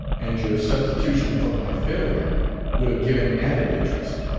and your substitution for my failure would have given added interest.